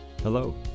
Hello